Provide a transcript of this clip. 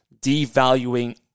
devaluing